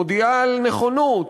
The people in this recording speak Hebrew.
מודיעה על נכונות.